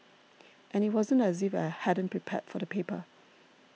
and it wasn't as if I hadn't prepared for the paper